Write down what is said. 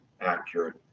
accurate